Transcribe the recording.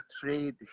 trade